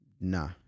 nah